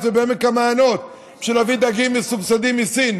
ובעמק המעיינות בשביל להביא דגים מסובסדים מסין.